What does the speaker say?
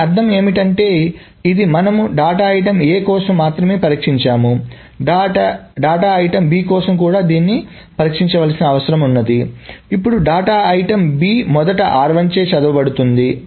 దీని అర్థం ఏమిటంటే ఇది మనము డేటా ఐటెమ్ a కోసం మాత్రమే పరీక్షించాము డేటా ఐటెమ్ b కోసం కూడా దీనిని పరీక్షించాల్సిన అవసరం ఉంది ఇప్పుడు డేటా ఐటమ్ b మొదట చే చదవబడుతుంది